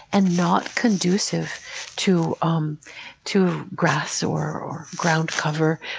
and not conducive to um to grass or ground cover,